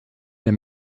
der